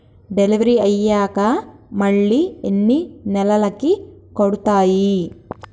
Delivery అయ్యాక మళ్ళీ ఎన్ని నెలలకి కడుతాయి?